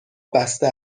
بسته